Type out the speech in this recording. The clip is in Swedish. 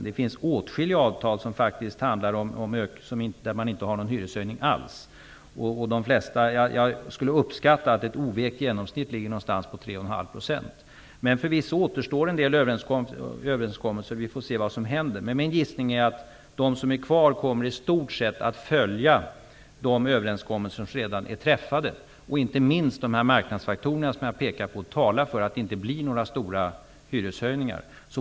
Det finns åtskilliga avtal där man inte har någon hyreshöjning alls. Jag uppskattar att genomsnittet för de flesta avtalen är 3,5 %. En del överenskommelser återstår förvisso. Vi får se vad som händer. Min gissning är att de som är kvar att förhandla i stort sett kommer att följa de överenskommelser som redan är träffade. Inte minst de marknadsfaktorer som jag pekade på talar för att det inte kommer att bli några stora hyreshöjningar.